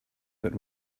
but